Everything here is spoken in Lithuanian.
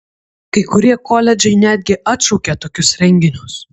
kai kurie koledžai netgi atšaukė tokius renginius